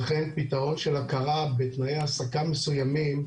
וכן פתרון של הכרה בתנאי העסקה מסוימים,